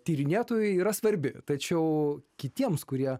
tyrinėtojui yra svarbi tačiau kitiems kurie